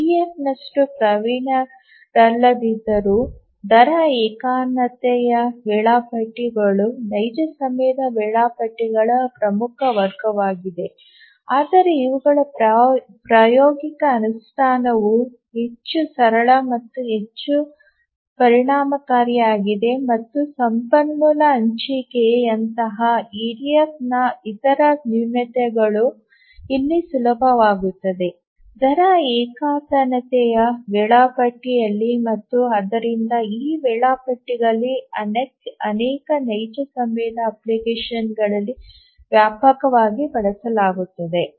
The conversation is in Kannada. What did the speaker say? ಇಡಿಎಫ್ನಷ್ಟು ಪ್ರವೀಣರಲ್ಲದಿದ್ದರೂ ದರ ಏಕತಾನತೆಯ ವೇಳಾಪಟ್ಟಿಗಳು ನೈಜ ಸಮಯದ ವೇಳಾಪಟ್ಟಿಗಳ ಪ್ರಮುಖ ವರ್ಗವಾಗಿದೆ ಆದರೆ ಇವುಗಳ ಪ್ರಾಯೋಗಿಕ ಅನುಷ್ಠಾನವು ಹೆಚ್ಚು ಸರಳ ಮತ್ತು ಹೆಚ್ಚು ಪರಿಣಾಮಕಾರಿಯಾಗಿದೆ ಮತ್ತು ಸಂಪನ್ಮೂಲ ಹಂಚಿಕೆಯಂತಹ ಇಡಿಎಫ್ನ ಇತರ ನ್ಯೂನತೆಗಳು ಇಲ್ಲಿ ಸುಲಭವಾಗುತ್ತವೆ ದರ ಏಕತಾನತೆಯ ವೇಳಾಪಟ್ಟಿಯಲ್ಲಿ ಮತ್ತು ಆದ್ದರಿಂದ ಈ ವೇಳಾಪಟ್ಟಿಗಳನ್ನು ಅನೇಕ ನೈಜ ಸಮಯದ ಅಪ್ಲಿಕೇಶನ್ಗಳಲ್ಲಿ ವ್ಯಾಪಕವಾಗಿ ಬಳಸಲಾಗುತ್ತದೆ